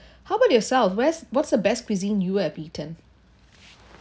how about yourself where's what's the best cuisine you have eaten